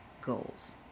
goals